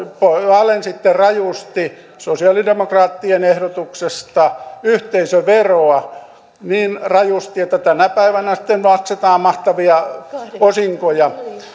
alensitte rajusti sosialidemokraattien ehdotuksesta yhteisöveroa niin rajusti että tänä päivänä sitten maksetaan mahtavia osinkoja